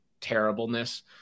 terribleness